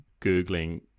googling